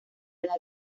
edad